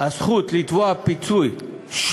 הזכות לתביעת פיצוי הלנה